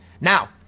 Now